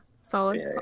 solid